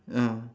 ah